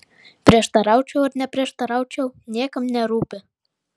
prieštaraučiau ar neprieštaraučiau niekam nerūpi